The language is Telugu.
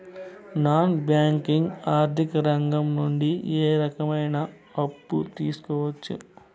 నాన్ బ్యాంకింగ్ ఆర్థిక రంగం నుండి ఏ రకమైన అప్పు తీసుకోవచ్చు?